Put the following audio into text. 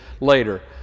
later